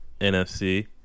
NFC